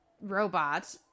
robot